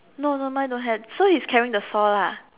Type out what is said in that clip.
no no mine don't have so he is carrying the saw lah